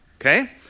Okay